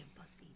Buzzfeed